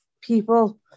people